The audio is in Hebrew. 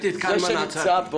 ראיתי את קלמן, עצרתי.